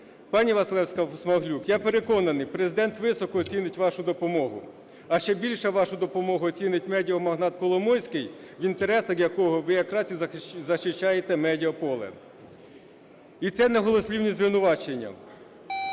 Пані Василевська-Смаглюк, я переконаний, Президент високо оцінить вашу допомогу. А ще більше вашу допомогу оцінить медіамагнат Коломойський, в інтересах якого ви якраз і зачищаєте медіа-поле. І це не голослівні звинувачення,